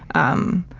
um,